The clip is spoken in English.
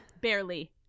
Barely